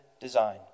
design